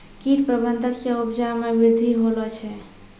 कीट प्रबंधक से उपजा मे वृद्धि होलो छै